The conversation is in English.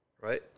Right